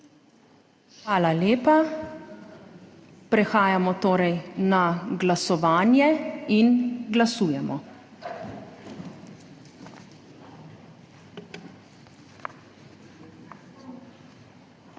Hvala lepa. Prehajamo torej na glasovanje. Glasujemo.